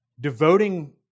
devoting